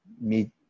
meet